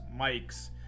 mics